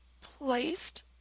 placed